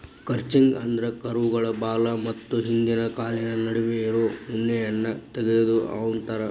crutching ಅಂದ್ರ ಕುರುಗಳ ಬಾಲ ಮತ್ತ ಹಿಂದಿನ ಕಾಲಿನ ನಡುವೆ ಇರೋ ಉಣ್ಣೆಯನ್ನ ತಗಿಯೋದು ಅಂತಾರ